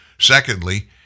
Secondly